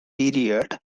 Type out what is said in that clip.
period